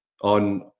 on